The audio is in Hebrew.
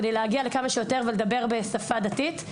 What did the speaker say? כדי להגיע לכמה שיותר ולדבר בשפה דתית,